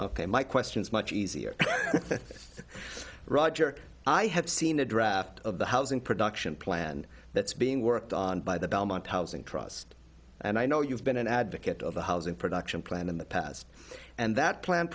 ok my question is much easier roger i have seen a draft of the housing production plan that's being worked on by the belmont housing trust and i know you've been an advocate of a housing production plan in the past and that plan